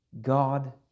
God